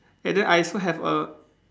and then I also have a